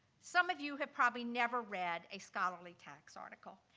some of you have probably never read a scholarly tax article.